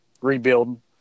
rebuilding